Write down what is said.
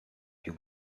più